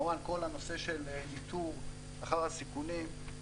כמובן כל הנושא של איתור אחר הסיכונים,